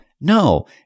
No